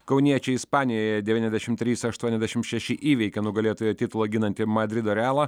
kauniečiai ispanijoje devyniasdešim trys aštuoniasdešim šeši įveikė nugalėtojo titulą ginantį madrido realą